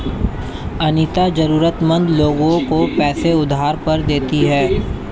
अनीता जरूरतमंद लोगों को पैसे उधार पर देती है